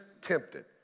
tempted